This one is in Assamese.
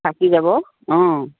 থাকি যাব অঁ